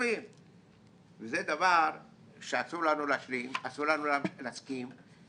זה דבר שאסור לנו להשלים, אסור לנו להמשיך להסכים.